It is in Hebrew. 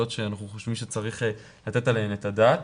שאנחנו חושבים שצריך לתת עליהן את הדעת.